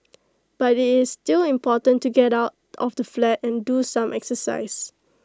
but IT is still important to get out of the flat and do some exercise